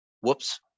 Whoops